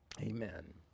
Amen